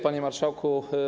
Panie Marszałku!